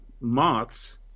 moths